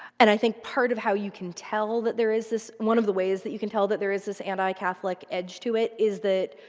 and i think part of how you can tell that there is this one of the ways that you can tell that there is this anti-catholic edge to it, is that,